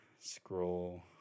scroll